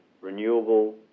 renewable